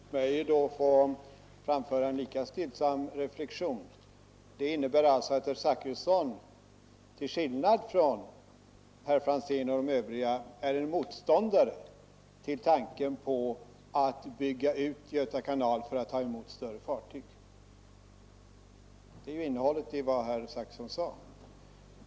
Herr talman! Låt mig då framföra en lika stillsam reflexion! Det innebär alltså att herr Zachrisson, till skillnad från herr Franzén och de övriga talarna, är motståndare till tanken på att bygga ut Göta kanal för att den skall kunna ta emot större fartyg. Detta är ju innebörden i vad herr Zachrisson sade.